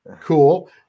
Cool